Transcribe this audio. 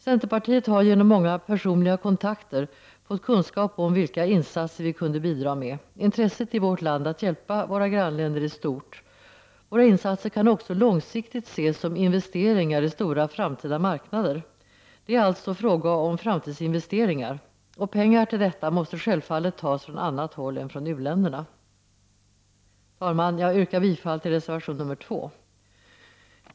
Centerpartiet har genom många personliga kontakter fått kunskap om vilka insatser vi kunde bidra med. Intresset i vårt land att hjälpa våra grannländer är stort. Våra insatser kan också långsiktigt ses som investeringar i stora framtida marknader. Det är alltså fråga om framtidsinvesteringar, och pengar till detta måste självfallet tas från annat håll än från u-länderna. Herr talman! Jag yrkar bifall till reservation nr 2.